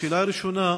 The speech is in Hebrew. השאלה הראשונה: